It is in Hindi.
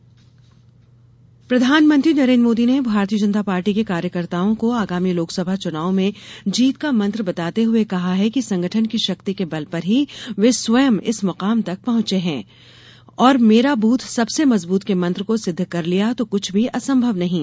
मोदी प्रधानमंत्री नरेन्द्र मोदी ने भारतीय जनता पार्टी के कार्यकर्ताओं को आगामी लोकसभा चुनाव में जीत का मंत्र बताते हए कहा कि संगठन की शक्ति के बल पर ही वे स्वयं इस मुकाम तक पहंचे हैं और मेरा बूथ सबसे मजबूत के मंत्र को सिद्ध कर लिया तो कुछ भी असंभव नही है